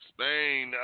Spain